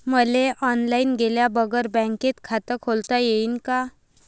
मले ऑनलाईन गेल्या बगर बँकेत खात खोलता येईन का?